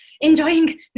enjoying